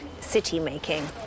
city-making